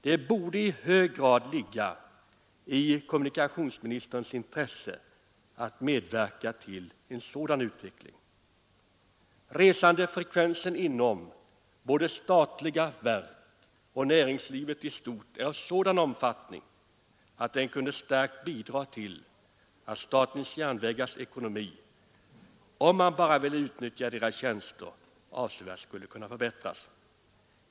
Det borde i hög grad ligga i kommunikationsministerns intresse att medverka till en sådan utveckling. Resandefrekvensen inom både statliga verk och näringslivet i stort är av sådan omfattning att den kunde starkt bidra till att statens järnvägars ekonomi, om man bara ville utnyttja SJ:s tjänster, avsevärt skulle förbättras.